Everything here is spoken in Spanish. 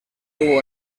tuvo